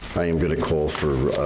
i am gonna call for